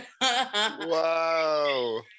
Wow